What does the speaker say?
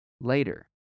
later